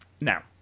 Now